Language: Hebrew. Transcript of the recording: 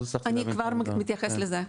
אני כבר אתייחס לזה.